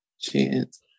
chance